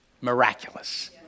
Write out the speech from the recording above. miraculous